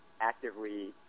actively